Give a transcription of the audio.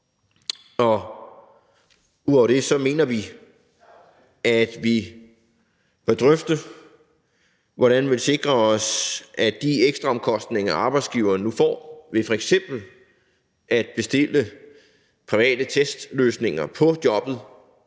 Ud over det mener vi, at vi bør drøfte, hvordan vi sikrer, at vi kan afhjælpe de ekstraomkostninger, som arbejdsgiverne nu bliver pålagt, ved f.eks. at bestille private testløsninger på jobbet,